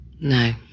No